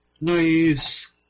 Nice